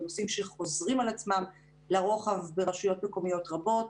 נושאים שחוזרים על עצמם לרוחב ברשויות מקומיות רבות,